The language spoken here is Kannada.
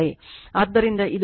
ಆದ್ದರಿಂದ ಇದು ವಾಸ್ತವವಾಗಿ 120